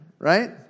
right